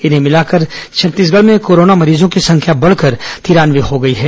इन्हें मिलाकर छत्तीसगढ़ में कोरोना मरीजों की संख्या बढकर तिरानवे हो गई है